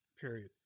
period